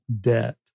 debt